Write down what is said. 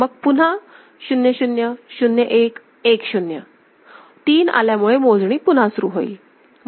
मग पुन्हा 0 0 0 1 1 0तीन आल्यामुळे मोजणी पुन्हा सुरू होईल